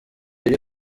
iri